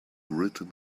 written